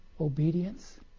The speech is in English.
obedience